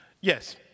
Yes